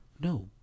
No